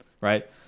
right